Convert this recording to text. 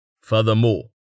Furthermore